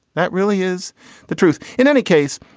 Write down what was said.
that really is the truth. in any case,